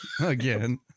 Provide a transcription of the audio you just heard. Again